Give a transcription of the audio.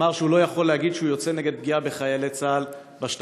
אמר שהוא לא יכול להגיד שהוא יוצא נגד פגיעה בחיילי צה"ל בשטחים.